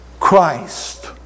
Christ